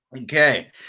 Okay